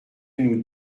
nous